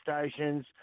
stations